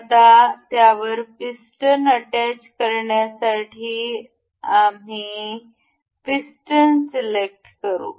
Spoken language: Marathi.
आता त्यावर पिस्टन अटॅच करण्यासाठी साठी आम्ही पिस्टन सिलेक्ट करू